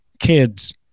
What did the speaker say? Kids